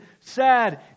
sad